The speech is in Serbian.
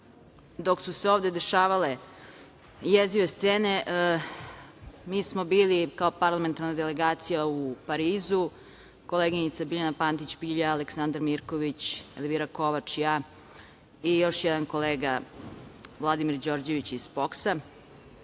dok su se ovde dešavale jezive scene, mi smo bili kao parlamentarna delegacija u Parizu, koleginica Biljana Pantić Pilja, Aleksandar Mirković, Elvira Kovač, još jedan kolega Vladimir Đorđević iz POKS-a